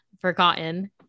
forgotten